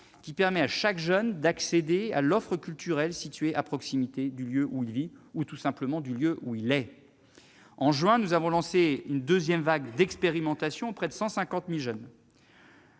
qui permet à chaque jeune d'accéder à l'offre culturelle située à proximité du lieu où il vit ou, tout simplement, du lieu où il est. En juin dernier, nous avons lancé une seconde vague d'expérimentation auprès de 150 000 jeunes.